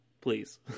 please